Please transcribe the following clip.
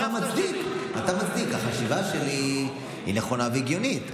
אתה מצדיק: החשיבה שלי היא נכונה והגיונית,